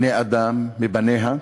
מבניה.